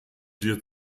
dir